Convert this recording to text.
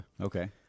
okay